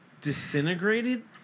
disintegrated